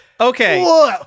okay